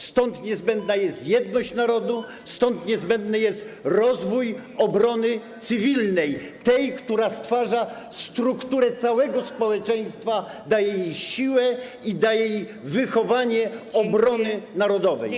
Stąd niezbędna jest jedność narodu, stąd niezbędny jest rozwój obrony cywilnej, tej, która stwarza strukturę całego społeczeństwa, daje jej siłę i daje jej wychowanie obrony narodowej.